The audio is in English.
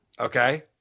okay